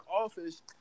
office